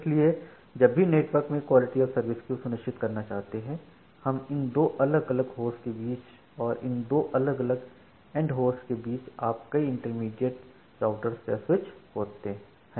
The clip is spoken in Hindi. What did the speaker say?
इसलिए जब भी किसी नेटवर्क में क्वालिटी ऑफ़ सर्विस को सुरक्षित करना चाहते हैं आप इन दो अलग अलग होस्ट के बीच और इन दो अलग एन्ड होस्ट के बीच आप कई इंटरमीडिएट रॉयटर्स या स्विच है